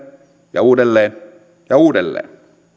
ja uudelleen ja uudelleen